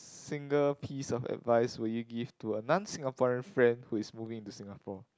single piece of advice would you give to a non Singaporean friend who is moving into Singapore